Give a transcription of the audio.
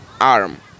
ARM